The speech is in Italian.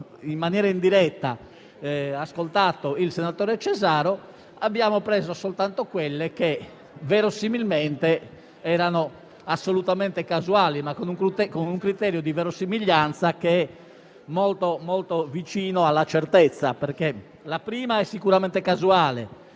in maniera indiretta ascoltato il senatore Cesaro, abbiamo preso soltanto quelle che verosimilmente erano assolutamente casuali, ma con un criterio di verosimiglianza che è molto vicino alla certezza. Infatti, la prima intercettazione